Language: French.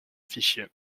fichier